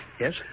Yes